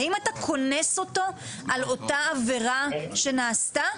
האם אתה קונס אותו על אותה עבירה שנעשתה?